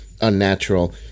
unnatural